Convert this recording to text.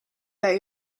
that